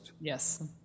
Yes